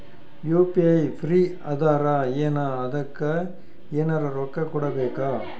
UPI free ಅದಾರಾ ಏನ ಅದಕ್ಕ ಎನೆರ ರೊಕ್ಕ ಕೊಡಬೇಕ?